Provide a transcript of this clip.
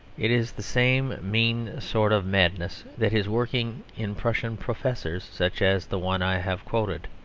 it is the same mean sort of madness that is working in prussian professors such as the one i have quoted.